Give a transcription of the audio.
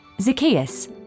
Zacchaeus